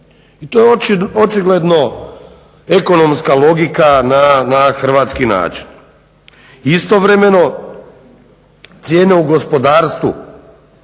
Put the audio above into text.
I to je očigledno ekonomska logika na hrvatski način. Istovremeno cijene u gospodarstvu